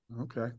Okay